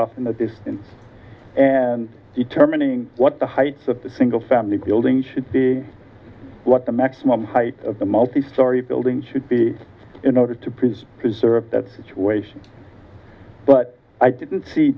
off in the distance and determining what the heights of the single family building should be what the maximum height of the multi story building should be in order to preserve preserve that situation but i didn't see